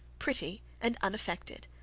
pretty, and unaffected.